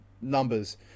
numbers